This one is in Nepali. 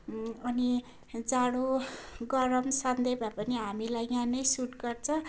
अनि जाडो गरम सन्डे भए पनि हामीलाई यहाँ नै सुट गर्छ